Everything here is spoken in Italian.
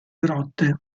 grotte